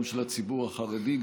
של הציבור החרדי,